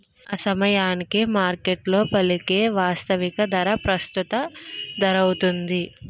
ఆసమయానికి మార్కెట్లో పలికే వాస్తవిక ధర ప్రస్తుత ధరౌతుంది